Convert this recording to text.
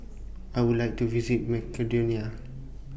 I Would like to visit Macedonia